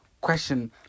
question